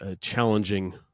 challenging